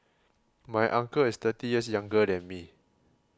my uncle is thirty years younger than me